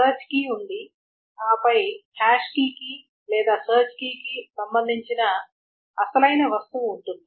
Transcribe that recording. search key ఉంది ఆపై hash కీకి లేదా సెర్చ్ కీకి సంబంధించిన అసలైన వస్తువు ఉంటుంది